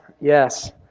yes